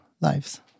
lives